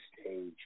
stage